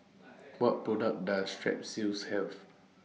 What products Does Strepsils Have